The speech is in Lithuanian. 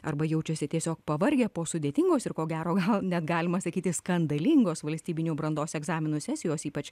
arba jaučiasi tiesiog pavargę po sudėtingos ir ko gero gal net galima sakyti skandalingos valstybinių brandos egzaminų sesijos ypač